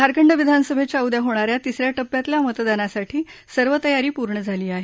झारखंड विधानसभेच्या उद्या होणाऱ्या तिसऱ्या टप्प्यातल्या मतदानासाठी सर्व तयारी पूर्ण झाली आहे